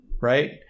Right